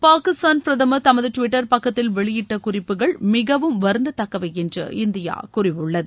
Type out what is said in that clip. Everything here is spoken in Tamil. பாகிஸ்தான் பிரதமா் தமது டுவிட்டா் பக்கத்தில் வெளியிட்ட குறிப்புகள் மிகவும் வருந்தத்தக்கவை என்று இந்தியா கூறியுள்ளது